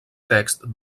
text